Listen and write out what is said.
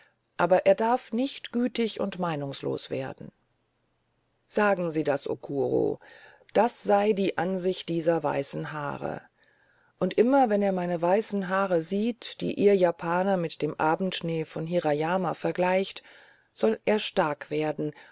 aber er darf nicht gütig meinungslos werden sagen sie das zu okuro das sei die ansicht dieser weißen haare und immer wenn er meine weißen haare sieht die ihr japaner mit dem abendschnee von hirayama vergleichet soll er stark werden